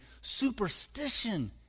Superstition